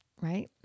right